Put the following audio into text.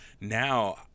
now